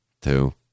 two